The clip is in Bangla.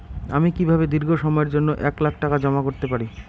আমি কিভাবে দীর্ঘ সময়ের জন্য এক লাখ টাকা জমা করতে পারি?